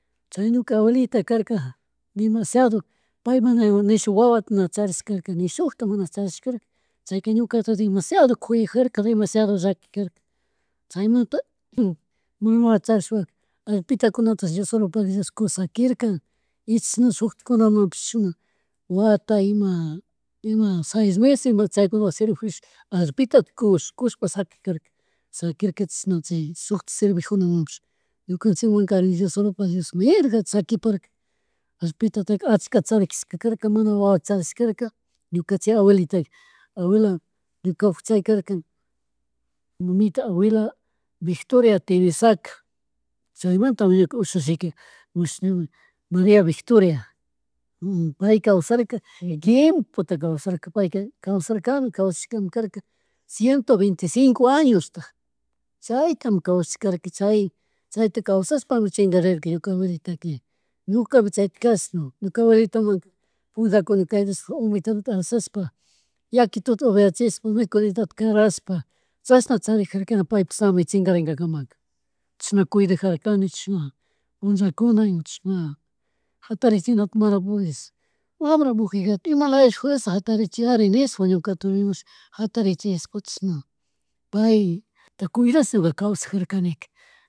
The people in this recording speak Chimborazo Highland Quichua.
Chya ñuka abuelita karka, dimasiado paymana nishun wawata charirkarka ni shukta mana charirkarka chayka ñukata dimashiadota kuyakjarka dimashiado llakikarka chaymanta. Mamata charishpaka allpitakunata llosholopagui Dios, kusaquirka y chishna shuktikunamunpish ima wata ima seis meses ima chaykunata vecinokakpish allitatik kush, kushpa shakikkarka, shakirka chishna chay sucktik servikmunpish ñukanchikmunkarin diosolopagui Dios mirgata shakiparka allpitataka allkata chari kashka karka manawawa charishkarka ñuka chi abuelitaka. Abuela ñukapah chay karka mamita abuela Victoria Tenesaca, chaymantami ñuka ushushika Marìa Victoria pay kawsarka tiempota kawsarka payka kawsarkami, kawsashkamikarka ciento veinte y cinto añosta chayta mi kawshakarka y chay, chayta kawsashpapi chingarirka ñuka abuelitatka ña ñukapusk chaytik kashna, ñuka abuelitamanta unitalata alshashpa yakituta uphiachishpa mikunita karashpa chashna charijarkani paypyk smayta chingarinakamaka chishna kuydajarkani chishna punllakuna ima chishna, jatarichini mana pudhis wambra mugigato imalaya fuerza jatarischiari nishpa ñukata rimash jatarichish chushna payta kudash ñuka kawsajarkanika